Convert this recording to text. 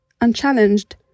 unchallenged